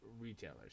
retailers